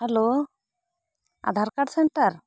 hello Aadhaar card centre